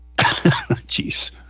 Jeez